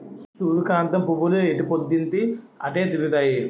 సూర్యకాంతం పువ్వులు ఎటుపోద్దున్తీ అటే తిరుగుతాయి